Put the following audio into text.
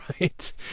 right